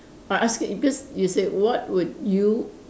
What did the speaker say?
I ask it because you said what would you